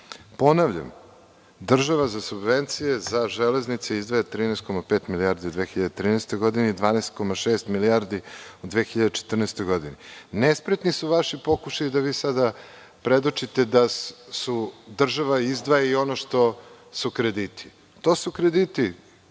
udesa. Ponavljam, država za subvencije za železnice izdvaja 13,5 milijardi u 2013. godini, 12,6 milijardi u 2014. godini. Nespretni su vaši pokušaji da vi sada predočite da država izdvaja i ono što su krediti. To su krediti